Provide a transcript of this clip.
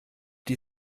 die